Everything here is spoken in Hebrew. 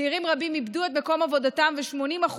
צעירים רבים איבדו את מקום עבודתם ו-80%